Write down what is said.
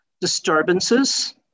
disturbances